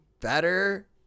better